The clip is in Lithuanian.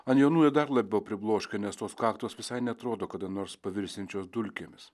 ant jaunųjų dar labiau pribloškia nes tos kaktos visai neatrodo kada nors pavirsiančios dulkėmis